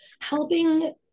helping